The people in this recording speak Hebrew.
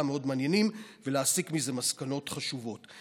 מאוד מעניינים ולהסיק מזה מסקנות חשובות.